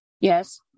Yes